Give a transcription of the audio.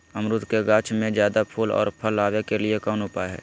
अमरूद के गाछ में ज्यादा फुल और फल आबे के लिए कौन उपाय है?